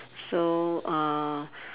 so uh